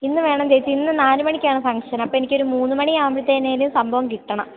ഇന്നു വേണം ചേച്ചീ ഇന്നു നാലു മണിക്കാണ് ഫക്ഷൻ അപ്പോള് എനിക്ക് ഒരു മൂന്നു മണിയാകുമ്പോഴ്ത്തേനേലും സംഭവം കിട്ടണം